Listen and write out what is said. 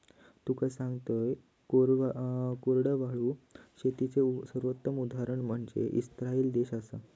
तुका सांगतंय, कोरडवाहू शेतीचे सर्वोत्तम उदाहरण म्हनजे इस्राईल देश आसा